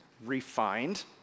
refined